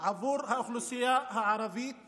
עבור האוכלוסייה הערבית